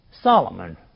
Solomon